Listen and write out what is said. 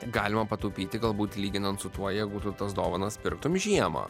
galima pataupyti galbūt lyginant su tuo jiegu tu tas dovanas pirktum žiemą